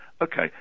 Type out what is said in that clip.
okay